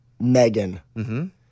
Megan